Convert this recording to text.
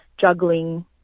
juggling